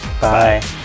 bye